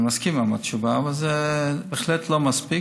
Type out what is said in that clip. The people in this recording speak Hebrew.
אני מסכים עם התשובה, אבל זה בהחלט לא מספיק.